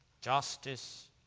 justice